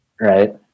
right